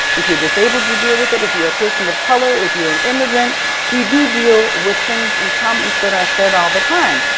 if you're disabled, you deal with it. if you're a person of color, if you're an immigrant we do deal with things and comments that are said all the time.